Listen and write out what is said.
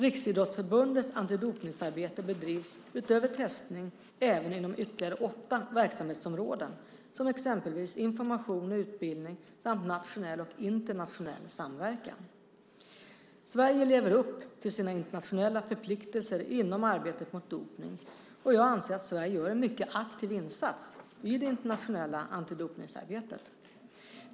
Riksidrottsförbundets antidopningsarbete bedrivs utöver testning även inom ytterligare åtta verksamhetsområden som exempelvis information och utbildning samt nationell och internationell samverkan. Sverige lever upp till sina internationella förpliktelser inom arbetet mot dopning, och jag anser att Sverige gör en mycket aktiv insats i det internationella antidopningsarbetet.